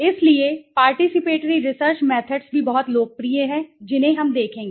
इसलिए participatory research methods भी बहुत लोकप्रिय हैं जिन्हें हम देखेंगे